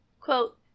Quote